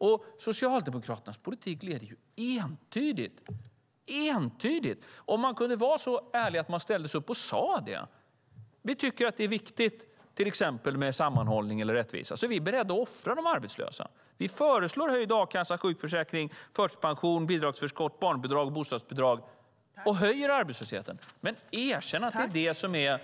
Men Socialdemokraternas politik leder entydigt åt annat håll. Tänk om man kunde vara så ärlig att man ställde sig upp och sade det: Vi tycker att det är viktigt med sammanhållning och rättvisa, så vi är beredda att offra de arbetslösa. Vi föreslår höjd a-kassa, sjukförsäkring, förtidspension, bidragsförskott, barnbidrag och bostadsbidrag - och höjer arbetslösheten. Erkänn att det är